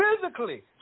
physically